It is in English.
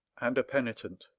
and a penitent.